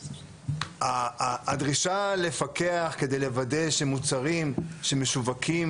הדרישה לפקח כדי לוודא שמוצרים שמשווקים